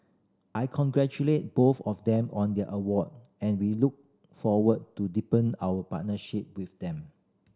I congratulate both of them on their award and we look forward to deepen our partnership with them